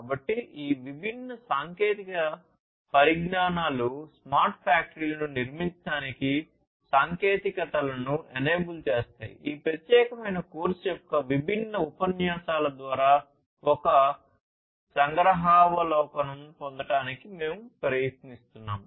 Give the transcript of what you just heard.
కాబట్టి ఈ విభిన్న సాంకేతిక పరిజ్ఞానాలు స్మార్ట్ ఫ్యాక్టరీలను నిర్మించటానికి సాంకేతికతలను ఎనేబుల్ చేస్తాయి ఈ ప్రత్యేకమైన కోర్సు యొక్క విభిన్న ఉపన్యాసాల ద్వారా ఒక సంగ్రహావలోకనం పొందడానికి మేము ప్రయత్నిస్తున్నాము